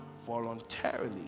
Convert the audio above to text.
voluntarily